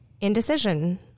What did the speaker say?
indecision